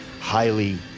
Highly